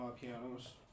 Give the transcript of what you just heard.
pianos